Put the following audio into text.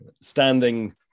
standing